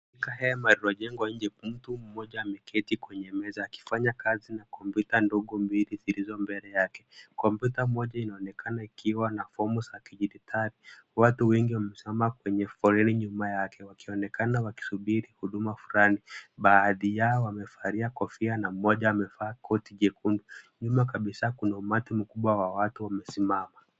Kwa hema iliyojengwa nje mtu mmoja ameketi kwenye meza akifanya kazi na kompyuta ndogo mbili zilizo mbele yake. Kompyuta moja inaonekana ikiwa na fomu za kidigitali. Watu wengi wamesimama kwenye foleni nyuma yake wakionekana wakisubiri huduma fulani. Baadhi yao wamevalia kofia na mmoja amevaa koti jekundu. Nyuma kabisa kuna umati mkubwa wa watu wamesimama.